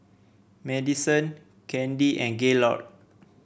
Madyson Candi and Gaylord